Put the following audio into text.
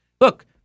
Look